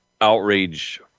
outrage